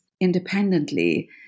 independently